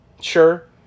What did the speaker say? Sure